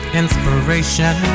inspiration